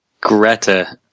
Greta